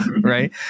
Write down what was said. right